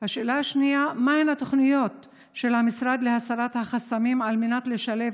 2. מהן התוכניות להסרת החסמים על מנת לשלב